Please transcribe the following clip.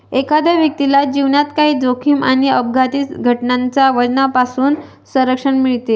एखाद्या व्यक्तीला जीवनात काही जोखीम आणि अपघाती घटनांच्या वजनापासून संरक्षण मिळते